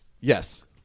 yes